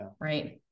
right